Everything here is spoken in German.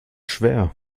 schwer